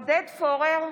עודד פורר,